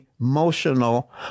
emotional